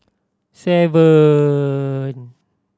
seven